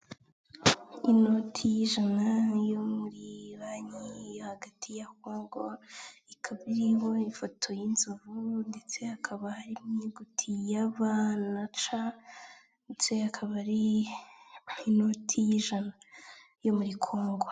Inoti y'ijana yo muri banki yo hagati ya Kongo ikaba iriho ifoto y'inzovu ndetse hakaba hari n'inyuguti ya b na c ndetse akaba ari inoti y'ijana yo muri Kongo.